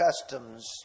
customs